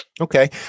Okay